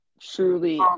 truly